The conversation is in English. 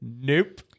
nope